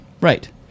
Right